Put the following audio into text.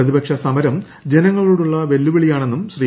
പ്രതിപക്ഷ സമരം ജനങ്ങളോടുള്ള വെല്ലുവിളിയാണെന്നും ശ്രീ